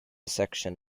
section